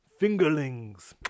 fingerlings